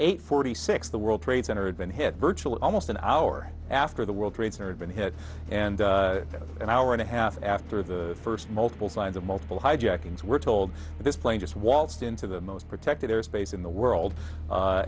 eight forty six the world trade center had been hit virtually almost an hour after the world trade center had been hit and an hour and a half after the first multiple signs of multiple hijackings we're told this plane just waltzed into the most protected airspace in the world a